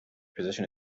position